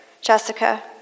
Jessica